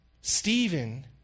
Stephen